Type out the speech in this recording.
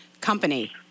company